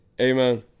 amen